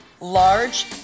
large